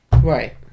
Right